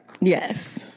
Yes